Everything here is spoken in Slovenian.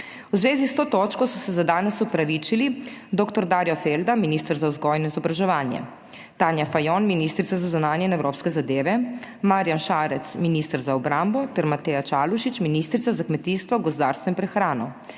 V zvezi s to točko so se za danes opravičili dr. Darjo Felda, minister za vzgojo in izobraževanje, Tanja Fajon, ministrica za zunanje in evropske zadeve, Marjan Šarec, minister za obrambo, ter Mateja Čalušić, ministrica za kmetijstvo, gozdarstvo in prehrano.